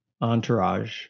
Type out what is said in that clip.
entourage